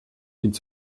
dient